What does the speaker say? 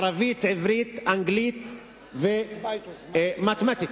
ערבית/עברית, אנגלית ומתמטיקה.